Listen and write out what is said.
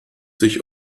sich